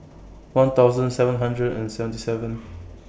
one thousand seven hundred and seventy seven